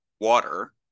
water